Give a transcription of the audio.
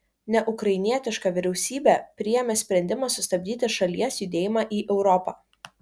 neukrainietiška vyriausybė priėmė sprendimą sustabdyti šalies judėjimą į europą